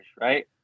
right